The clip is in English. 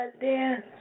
dance